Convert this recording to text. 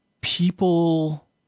people